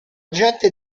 gente